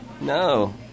No